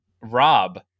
rob